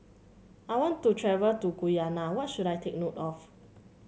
I want to travel to Guyana what should I take note of